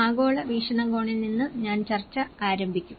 ആഗോള വീക്ഷണകോണിൽ നിന്ന് ഞാൻ ചർച്ച ആരംഭിക്കും